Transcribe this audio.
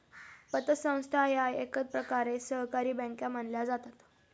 पतसंस्था या एकप्रकारे सहकारी बँका मानल्या जातात